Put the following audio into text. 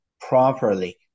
properly